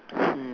hmm